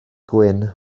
gwyn